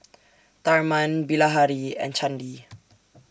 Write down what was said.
Tharman Bilahari and Chandi